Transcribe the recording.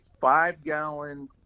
five-gallon